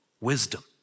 wisdom